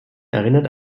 erinnert